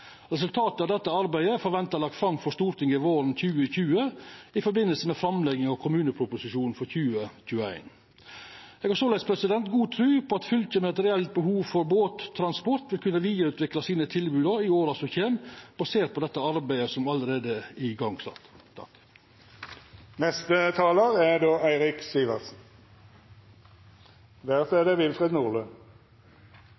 Resultatet av dette arbeidet er forventa lagt fram for Stortinget våren 2020, i samband med framlegginga av kommuneproposisjonen for 2021. Eg har såleis god tru på at fylke med eit reelt behov for båttransport vil kunna vidareutvikla sine tilbod i åra som kjem, basert på dette arbeidet som allereie er sett i gang. Det er store forskjeller mellom fylkene. Nordland er